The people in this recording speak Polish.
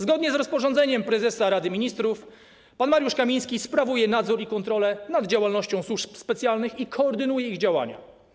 Zgodnie z rozporządzeniem prezesa Rady Ministrów pan Mariusz Kamiński sprawuje nadzór i kontrolę nad działalnością służb specjalnych i koordynuje ich działania.